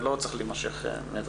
זה לא צריך להמשך מעבר.